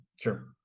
sure